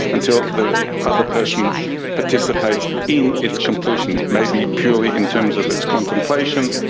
until the other person participates in its completion, maybe purely in terms of its contemplation,